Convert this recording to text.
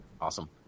awesome